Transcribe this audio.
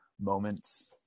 moments